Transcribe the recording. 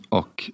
och